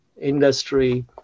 industry